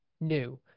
new